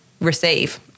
receive